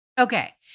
Okay